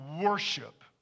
worship